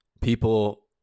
People